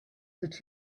that